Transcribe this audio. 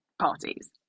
parties